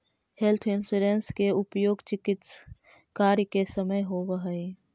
health insurance के उपयोग चिकित्स कार्य के समय होवऽ हई